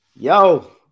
Yo